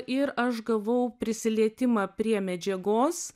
ir aš gavau prisilietimą prie medžiagos